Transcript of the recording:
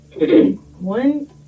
One